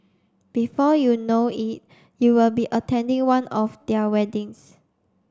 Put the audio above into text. before you know it you'll be attending one of their weddings